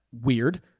weird